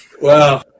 Wow